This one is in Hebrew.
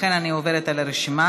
ולכן אני עוברת על הרשימה: